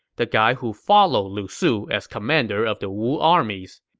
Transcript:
the guy who followed lu su as commander of the wu armies.